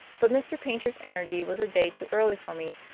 but mr. paynter's energy was a day too early for me,